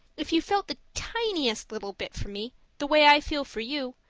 if you felt the tiniest little bit for me the way i feel for you,